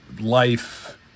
Life